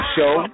Show